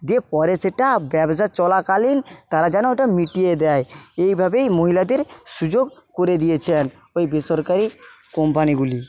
দিয়ে পরে সেটা ব্যবসা চলাকালীন তারা যেন ওটা মিটিয়ে দেয় এইভাবেই মহিলাদের সুযোগ করে দিয়েছেন ওই বেসরকারি কোম্পানিগুলি